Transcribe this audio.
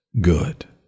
good